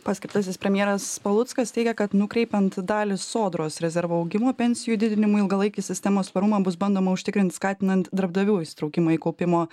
paskirtasis premjeras paluckas teigia kad nukreipiant dalį sodros rezervo augimo pensijų didinimui ilgalaikį sistemos tvarumą bus bandoma užtikrint skatinant darbdavių įsitraukimą į kaupimo